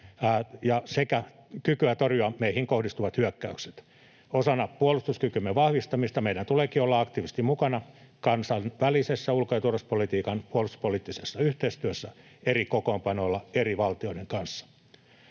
sekä kykyä torjua meihin kohdistuvat hyökkäykset. Osana puolustuskykymme vahvistamista meidän tuleekin olla aktiivisesti mukana kansainvälisessä ulko-, turvallisuus- ja puolustuspoliittisessa yhteistyössä eri kokoonpanoilla eri valtioiden kanssa.